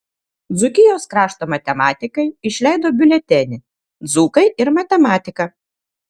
dzūkijos krašto matematikai išleido biuletenį dzūkai ir matematika